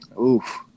Oof